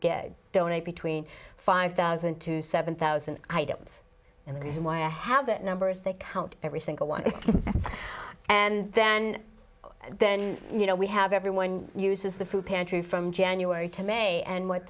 they donate between five thousand to seven thousand items and the reason why i have that number is they count every single one and then then you know we have everyone uses the food pantry from january to may and what